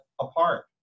apart